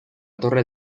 torre